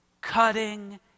Cutting